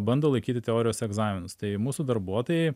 bando laikyti teorijos egzaminus tai mūsų darbuotojai